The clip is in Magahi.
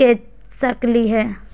के सकली हई?